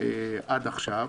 עד עכשיו.